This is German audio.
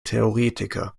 theoretiker